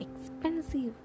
expensive